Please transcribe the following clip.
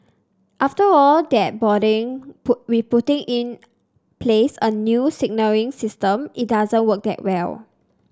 after all that boarding put with putting in place a new signalling system it doesn't work that well